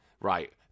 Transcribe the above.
Right